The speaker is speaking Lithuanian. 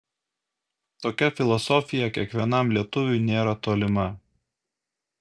tokia filosofija kiekvienam lietuviui nėra tolima